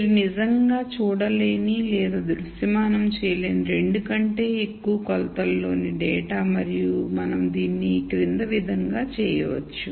మీరు నిజంగా చూడలేని లేదా దృశ్యమానం చేయలేని 2 కంటే ఎక్కువ కొలతలలోని డేటా మరియు మనం దీన్ని క్రింది విధంగా చేయొచ్చు